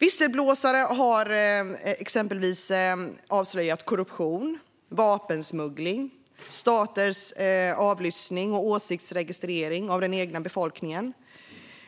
Visselblåsare har exempelvis avslöjat korruption, vapensmuggling, staters avlyssning och åsiktsregistrering av den egna befolkningen,